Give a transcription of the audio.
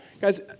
guys